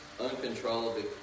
uncontrollably